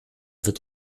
wird